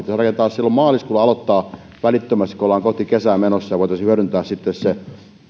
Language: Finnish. silloin maaliskuussa aloittaa välittömästi kun ollaan kohti kesää menossa ja voitaisiin hyödyntää sitten se